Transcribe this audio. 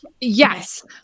Yes